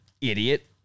idiot